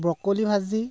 broccoli ভাজি